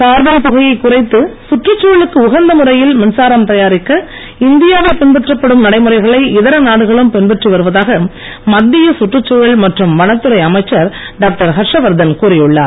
carbon புகையை குறைத்து சுற்றுச்சூழலுக்கு உகந்த முறையில் மின்சாரம் தயாரிக்க இந்தியாவில் பின்பற்றப்படும் நடைமுறைகளை இதர நாடுகளும் பின்பற்றி வருவதாக மத்திய சுற்றுச்சூழல் மற்றும் வனத்துறை அமைச்சர் டாக்டர் ஹர்ஷவர்தன் கூறியுள்ளார்